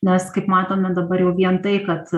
nes kaip matome dabar jau vien tai kad